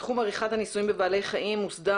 תחום עריכת הניסויים בבעלי חיים מוסדר